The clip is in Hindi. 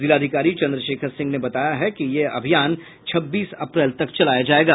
जिलाधिकारी चन्द्रशेखर सिंह ने बताया है कि यह अभियान छब्बीस अप्रैल तक चलाया जायेगा